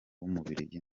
w’umubiligi